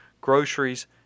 groceries